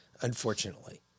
unfortunately